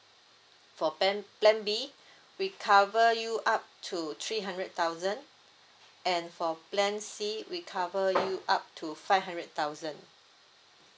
for plan plan B we cover you up to three hundred thousand and for plan C we cover you up to five hundred thousand